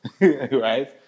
right